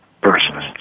person